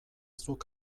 zuk